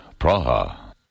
Praha